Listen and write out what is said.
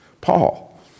Paul